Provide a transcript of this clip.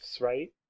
right